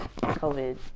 COVID